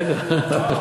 רגע.